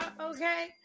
okay